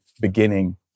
beginning